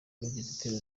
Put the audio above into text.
bagize